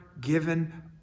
given